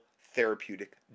therapeutic